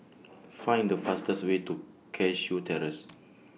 Find The fastest Way to Cashew Terrace